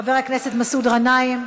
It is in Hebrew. חבר הכנסת מסעוד גנאים,